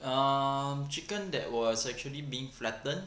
um chicken that was actually being flattened